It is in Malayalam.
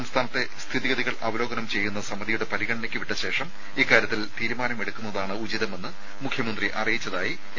സംസ്ഥാനത്തെ സ്ഥിതിഗതികൾ അവലോകനം ചെയ്യുന്ന സമിതിയുടെ പരിഗണനയ്ക്ക് വിട്ട ശേഷം ഇക്കാര്യത്തിൽ തീരുമാനമെടുക്കുന്നതാണ് ഉചിതമെന്ന് മുഖ്യമന്ത്രി അറിയിച്ചതായി എ